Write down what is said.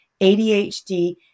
ADHD